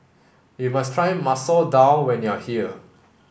you must try Masoor Dal when you are here